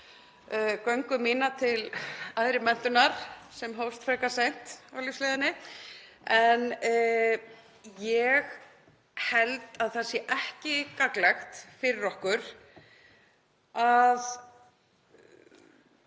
göngu mína til æðri menntunar sem hófst frekar seint á lífsleiðinni. Ég held að það sé ekki gagnlegt fyrir okkur að